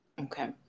Okay